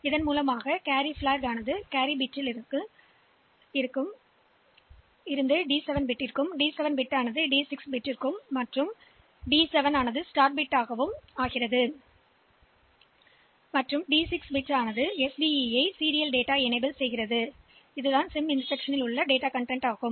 எனவே இது கேரி பிளாக்யிலிருந்து டி 7 பிட்டிற்கு கொண்டு வரப்படும் மேலும் டி 7 பிட் டி 6 பிட்டிற்கு மாற்றப்படும் டி 7 பிட் தொடக்க பிட்டாக செயல்படும் மற்றும் டி 6 பிட் அமைப்பாக இருக்கும் அந்த SDE இன் தொடர் டேட்டா வை மற்றும் சிம் இன்ஸ்டிரக்ஷன் இயக்கும்